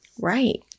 Right